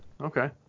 Okay